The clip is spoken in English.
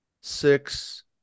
six